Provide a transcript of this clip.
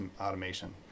automation